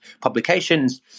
publications